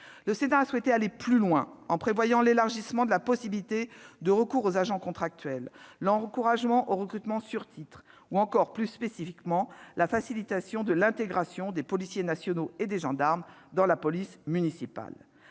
Le Sénat a souhaité aller plus loin en prévoyant l'élargissement de la possibilité du recours aux agents contractuels, l'encouragement au recrutement sur titres, ou encore plus spécifiquement la facilitation de l'intégration des policiers nationaux et des gendarmes dans la police municipale.